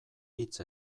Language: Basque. hitz